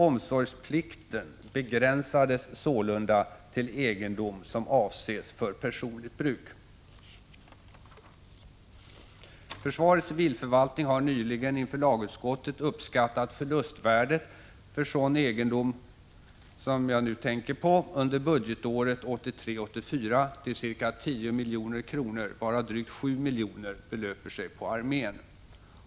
Omsorgsplikten begränsades sålunda till egendom som avses för personligt bruk. Försvarets civilförvaltning har nyligen inför lagutskottet uppskattat förlustvärdet för sådan egendom under budgetåret 1983/84 till ca 10 milj.kr., varav drygt 7 milj.kr. belöpte sig på armén.